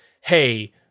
hey